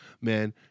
Man